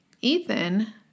Ethan